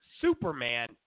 Superman